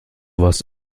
warst